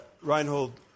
Reinhold